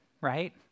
right